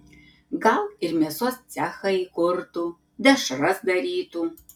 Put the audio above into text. gal ir mėsos cechą įkurtų dešras darytų